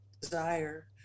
desire